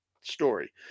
story